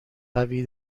قوی